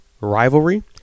rivalry